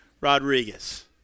Rodriguez